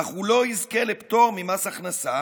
אך הוא לא יזכה לפטור ממס הכנסה,